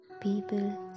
People